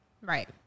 Right